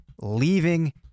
leaving